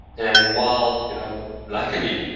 and while you know luckily,